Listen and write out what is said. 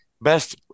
best